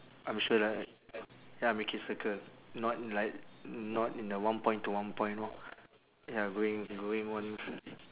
I'm sure like ya make it circle not like not in the one point to one point you know ya going going one